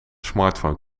smartphone